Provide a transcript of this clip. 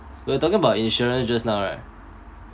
we were talking about insurance just now right